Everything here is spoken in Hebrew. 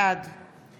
בעד